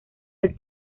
del